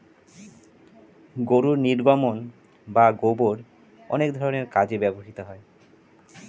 গরুর নির্গমন বা গোবর অনেক ধরনের কাজে ব্যবহৃত হয়